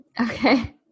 Okay